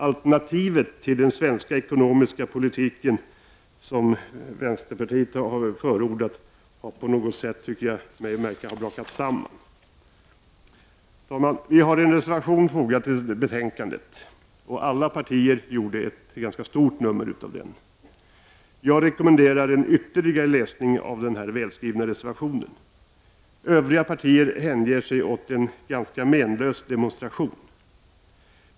Alternativet till den svenska ekonomiska politiken som vänsterpartiet förordat har på något sätt, tycker jag mig märka, brakat samman. Herr talman! Vi har en reservation fogad till betänkandet. Alla de andra partiernas företrädare gjorde ett ganska stort nummer av den. Jag rekommenderar en ytterligare läsning av denna välskrivna reservation. Övriga partier hänger sig åt en ganska menlös demonstration.